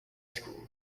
school